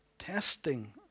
Testing